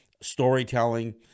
storytelling